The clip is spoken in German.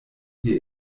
ihr